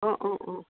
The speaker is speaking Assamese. অঁ অঁ অঁ